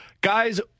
guys